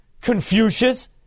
Confucius